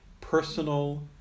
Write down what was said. personal